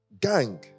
gang